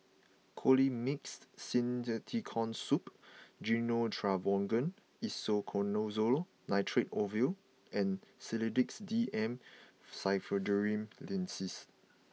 Colimix Simethicone Syrup Gyno Travogen Isoconazole Nitrate Ovule and Sedilix D M Pseudoephrine Linctus